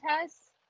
tests